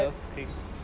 twelve screen